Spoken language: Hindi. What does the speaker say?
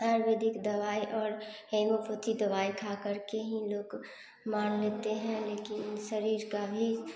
आयुर्वेदिक दवाई और हेमोपेथीक दवाई खा कर के ही लोग मार लेते हैं लेकिन शरीर का भी